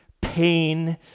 pain